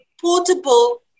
portable